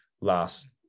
last